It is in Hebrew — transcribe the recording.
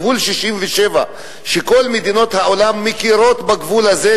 גבול 67' וכל מדינות העולם מכירות בגבול הזה,